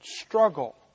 struggle